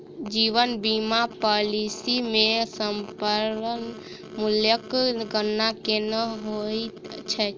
जीवन बीमा पॉलिसी मे समर्पण मूल्यक गणना केना होइत छैक?